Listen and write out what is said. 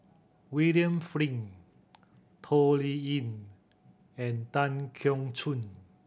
William Flint Toh Liying and Tan Keong Choon